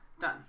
Done